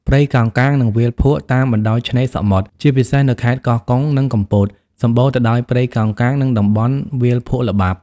ព្រៃកោងកាង និងវាលភក់ តាមបណ្តោយឆ្នេរសមុទ្រ ជាពិសេសនៅខេត្តកោះកុង និងកំពត សម្បូរទៅដោយ ព្រៃកោងកាង និងតំបន់ វាលភក់ល្បាប់។